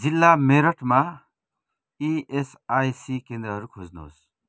जिल्ला मेरठमा इएसआइसी केन्द्रहरू खोज्नुहोस्